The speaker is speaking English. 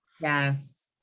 Yes